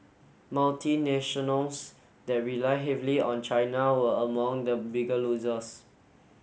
multinationals that rely heavily on China were among the bigger losers